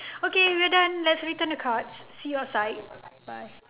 okay we're done let's return the cards see you outside